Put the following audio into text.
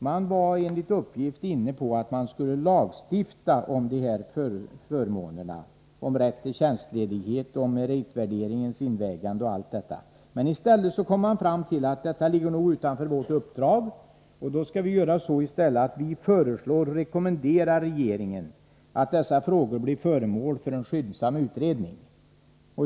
Den var enligt uppgift inne på att man skulle lagstifta om dessa förmåner — rätt till tjänstledighet, meritvärderingens invägande och allt detta — men man kom fram till att detta låg utanför utredningens uppdrag och rekommenderade därför regeringen att dessa frågor skulle bli föremål för en skyndsam utredning.